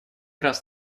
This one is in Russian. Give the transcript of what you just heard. раз